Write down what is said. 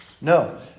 No